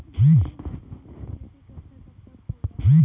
Milky mushroom के खेती कब से कब तक होला?